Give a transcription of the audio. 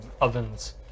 ovens